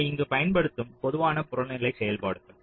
இவை இங்கு பயன்படுத்தப்படும் பொதுவான புறநிலை செயல்பாடுகள்